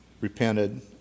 repented